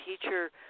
teacher